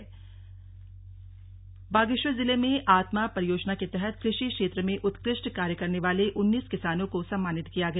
slug किसान सम्मानित बागेश्वर जिले में आत्मा परियोजना के तहत कृषि क्षेत्र में उत्कृष्ट कार्य करने वाले उन्नीस किसानों को सम्मानित किया गया